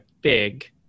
big